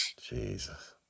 Jesus